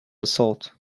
assault